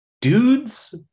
Dudes